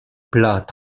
plat